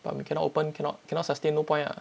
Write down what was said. but we can open cannot cannot sustain no point ah